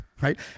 right